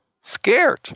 scared